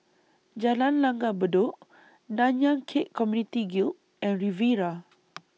Jalan Langgar Bedok Nanyang Khek Community Guild and Riviera